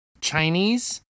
Chinese